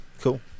cool